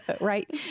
right